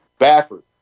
Baffert